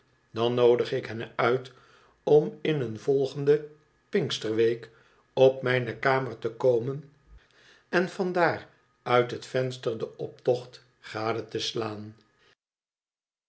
dan noodig ik hen uit om in een volgende pinksterweek op mijne kamer te komen en vandaar uit het venster den optocht gade te slaan